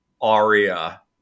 aria